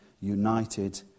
united